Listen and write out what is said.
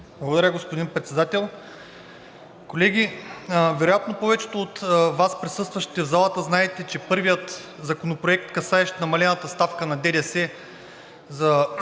Благодаря, господин Председател. Колеги, вероятно повечето от Вас – присъстващите в залата, знаете, че първият законопроект, касаещ намалената ставка на ДДС за